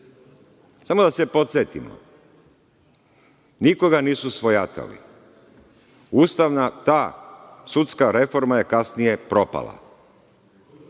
Samo da se podsetimo, nikoga nisu svojatali. Ustavna, ta sudska reforma je kasnije propala.Zašto